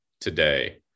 today